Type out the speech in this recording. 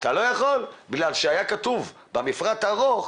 --- אתה לא יכול, בגלל שהיה כתוב במפרט הארוך